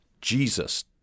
Jesus